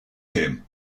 him